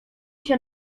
się